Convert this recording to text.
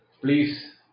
please